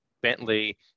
bentley